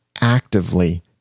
actively